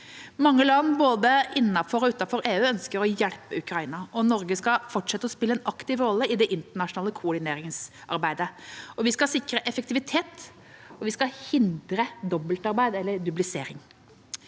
Mange land både innenfor og utenfor EU ønsker å hjelpe Ukraina. Norge skal fortsette å spille en aktiv rolle i det internasjonale koordineringsarbeidet. Slik skal vi sikre effektivitet og hindre dobbeltarbeid, eller duplisering.